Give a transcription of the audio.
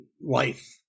life